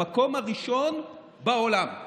המקום הראשון בעולם.